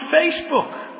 Facebook